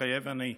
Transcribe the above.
מתחייב אני.